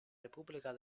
repubblica